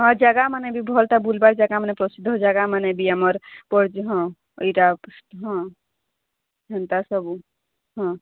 ହଁ ଜାଗାମାନେ ବି ଭଲଟା ବୁଲବାର ଜାଗାମାନେ ପ୍ରସିଦ୍ଧ ଜାଗାମାନେ ବି ଆମର ପରଜ ହଁ ଏଇଟା ହଁ ହେନ୍ତା ସବୁ ହଁ